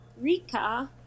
Rika